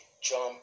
jump